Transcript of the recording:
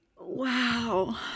wow